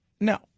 no